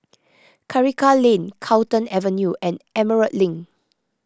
Karikal Lane Carlton Avenue and Emerald Link